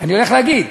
אני הולך להגיד.